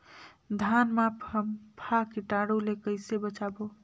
धान मां फम्फा कीटाणु ले कइसे बचाबो?